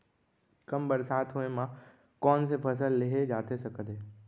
कम बरसात होए मा कौन से फसल लेहे जाथे सकत हे?